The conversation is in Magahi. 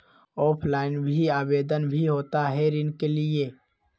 ऑफलाइन भी आवेदन भी होता है ऋण के लिए?